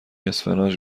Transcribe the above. اسفناج